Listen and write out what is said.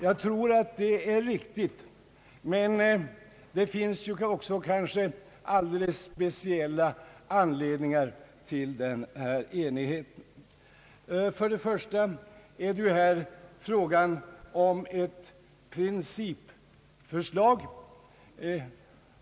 Jag tror att det är riktigt, men det finns kanske också alldeles speciella anledningar till den enigheten. För det första gäller det här ett principförslag.